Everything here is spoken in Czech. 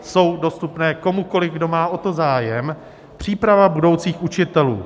Jsou dostupné komukoliv, kdo má o to zájem Příprava budoucích učitelů.